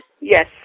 Yes